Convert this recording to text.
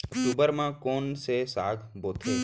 अक्टूबर मा कोन से साग बोथे?